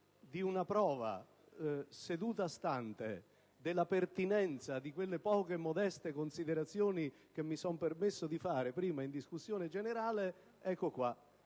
di una prova seduta stante della pertinenza di quelle poche e modeste considerazioni che mi sono permesso di fare in discussione generale, mi è